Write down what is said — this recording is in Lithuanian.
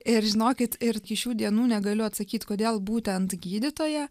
ir žinokit ir iki šių dienų negaliu atsakyt kodėl būtent gydytoja